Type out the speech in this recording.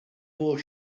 four